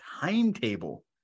timetable